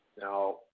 Now